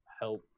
help